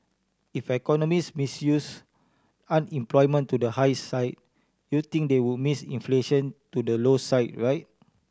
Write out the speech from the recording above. if economist missed use unemployment to the high side you'd think they would miss inflation to the low side right